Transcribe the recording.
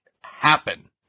happen